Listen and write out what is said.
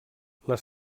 les